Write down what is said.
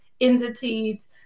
entities